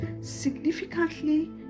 significantly